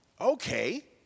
Okay